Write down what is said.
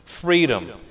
Freedom